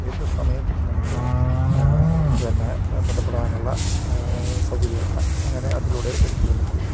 ഏതു സമയവും നമുക്ക് പിന്നെ ബന്ധപ്പെടാനുള്ള സൗകര്യമാണ് അങ്ങനെ അതിലൂടെ ഒരുക്കി വന്നിരിക്കുന്നത്